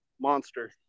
monster